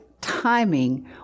timing